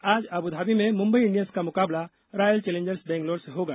आज अब्धाबी में मुंबई इंडियंस का मुकाबला रॉयल चैलेंजर्स बेंगलौर से होगा